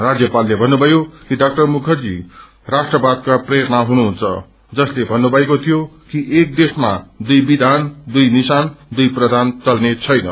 राज्यपाले भन्नुभयो कि डा मुखर्जी राष्ट्रवादका प्रेरणा हुनुहुन्छ जसले भन्नुभएको थियो कि एक देशमा दुइ विधान दुइ निशान दुइ प्रधान चल्नेछैन